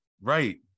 right